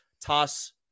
toss